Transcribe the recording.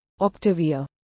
Octavia